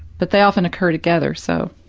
but they often occur together, so,